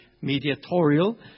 mediatorial